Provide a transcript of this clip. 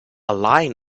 line